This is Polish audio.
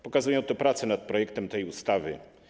Pokazują to prace nad projektem tej ustawy.